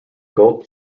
gold